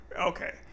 okay